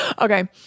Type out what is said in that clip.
Okay